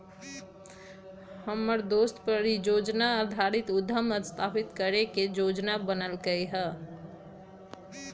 हमर दोस परिजोजना आधारित उद्यम स्थापित करे के जोजना बनलकै ह